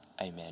amen